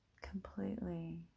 completely